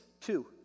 two